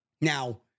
Now